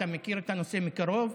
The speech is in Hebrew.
אתה מכיר את הנושא מקרוב.